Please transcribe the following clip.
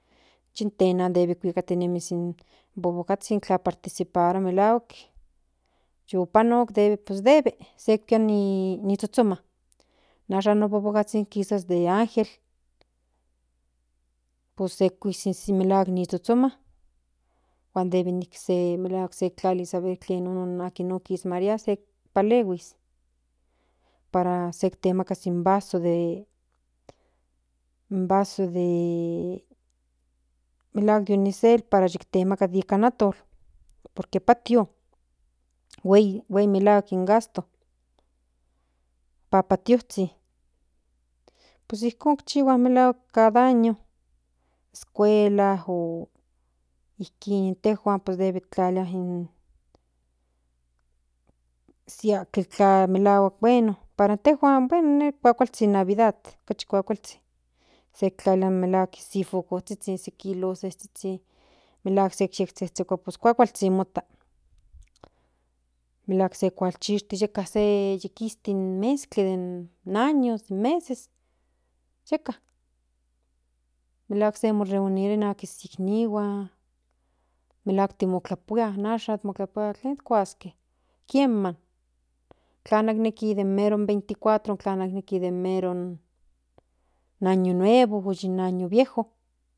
Yin tena debe kuikatenemis popokazhin tla participarua melahuak yu panok debe pues debe se ikpia no zhozhoma ashan no popokzhin kisas den agel pues se kinkuis melahuak ni tsotsoman huan deb e nijki sek tlalis aver ken nono kian akis maria sek palehuis para sek temakas in vaso de malhuak de unicel para sek temaka in atol por que patio huei melahuak in gasto papatozhin pues ijkon chihua melahuak melahuak cada año escuela ijkin intejuan pues debe tlalilia ni si intla melahuak bueno para intejuan bueno ine kuakualzhin in navidad yi kuakualzhin yek tlalilia melahuak in fofocozhin se kilozhizhi melahuak se zhezhekua pues kuakualzhin mota meñahuak se kualchilti yeka se yin mezkli años meses yeka melahuak mo reunirua nikan iiknihuan melahuak timotlapuia ashan motlapuia tlen kuaske kinme tlan neki de mero 24 pues tlan neki den mero año nuevo o den año viejo.